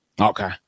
Okay